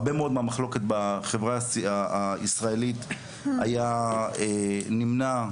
הרבה מאוד מהמחלוקת בחברה הישראלית היה נמנע.